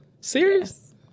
serious